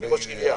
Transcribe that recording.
אני ראש עירייה.